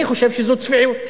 אני חושב שזו צביעות.